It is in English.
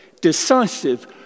decisive